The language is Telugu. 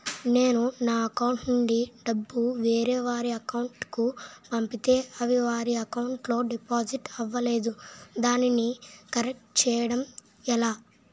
నేను నా అకౌంట్ నుండి డబ్బు వేరే వారి అకౌంట్ కు పంపితే అవి వారి అకౌంట్ లొ డిపాజిట్ అవలేదు దానిని కరెక్ట్ చేసుకోవడం ఎలా?